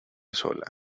sola